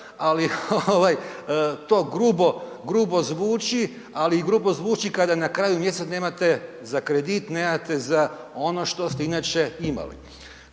grubo, grubo zvuči, ali i grubo zvuči kada na kraju mjeseca nemate za kredit, nemate za ono što ste inače imali.